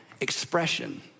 expression